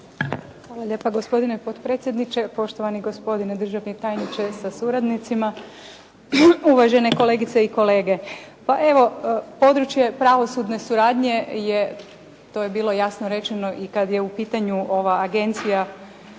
Hvala lijepa gospodine potpredsjedniče, poštovani gospodine državni tajniče sa suradnicima, uvažene kolegice i kolege. Pa evo, područje pravosudne suradnje je, to je bilo jasno rečeno i kad je u pitanju ova agencija